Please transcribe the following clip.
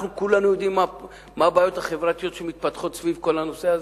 כולנו יודעים מה הבעיות החברתיות שמתפתחות סביב כל הנושא הזה,